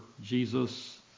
Jesus